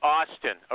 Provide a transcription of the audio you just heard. Austin